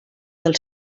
del